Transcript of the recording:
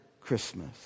Christmas